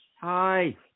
Hi